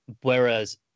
Whereas